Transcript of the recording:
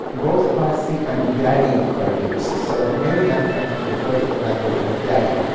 both farsi and dari are used. so, many afghans would refer to the language as dari.